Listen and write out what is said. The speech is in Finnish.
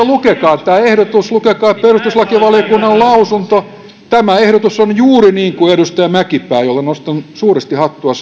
lukekaa tämä ehdotus lukekaa perustuslakivaliokunnan lausunto tämä ehdotus on juuri niin kuin edustaja mäkipää jolle nostan suuresti hattua